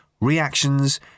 reactions